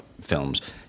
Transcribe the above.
films